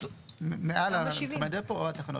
מעל או הדפו או התחנה.